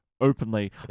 openly